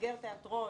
ייסגר תיאטרון,